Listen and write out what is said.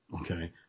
Okay